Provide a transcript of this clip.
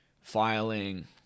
filing